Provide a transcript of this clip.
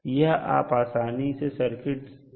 यह आप आसानी से सर्किट से निकाल सकते हैं